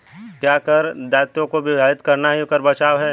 क्या कर दायित्वों को विभाजित करना ही कर बचाव है?